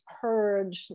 heard